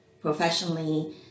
professionally